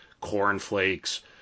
cornflakes